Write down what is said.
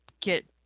get